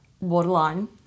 waterline